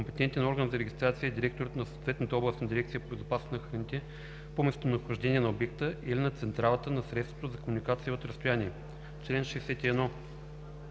Компетентен орган за регистрация е директорът на съответната областна дирекция по безопасност на храните по местонахождение на обекта или на централата на средството за комуникация от разстояние.“